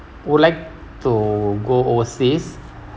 would like to go overseas